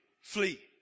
Flee